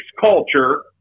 culture